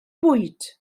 bwyd